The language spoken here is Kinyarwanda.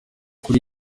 kuri